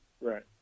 right